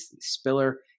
Spiller